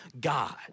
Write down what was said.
God